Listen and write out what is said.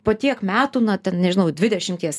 po tiek metų na ten nežinau dvidešimties